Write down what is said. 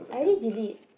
I already delete